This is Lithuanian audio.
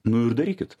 nu ir darykit